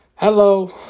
Hello